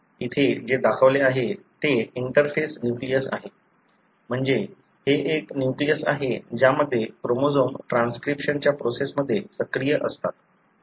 इथे जे दाखवले आहे ते इंटरफेस न्यूक्लियस आहे म्हणजे हे एक न्यूक्लियस आहे ज्यामध्ये क्रोमोझोम ट्रान्सक्रिप्शनच्या प्रोसेस मध्ये सक्रिय असतात